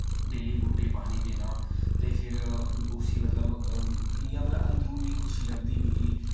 daily बूह्टे पानी देना ते फिर उस्सी मतलब इय्यां मतलब अंदरूनी खुशी लभदी मिगी